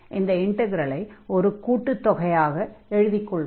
இந்த இன்டக்ரலை ஒரு கூட்டுத் தொகையாக எழுதிக் கொள்வோம்